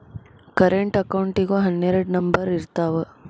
current ಅಕೌಂಟಿಗೂ ಹನ್ನೆರಡ್ number ಇರ್ತಾವ